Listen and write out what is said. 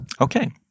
Okay